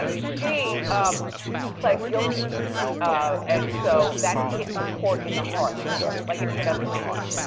ah she um plead guilty and so that hit the court in the heart more. like it hit us in the heart.